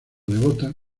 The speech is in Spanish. devota